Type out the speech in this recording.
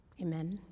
Amen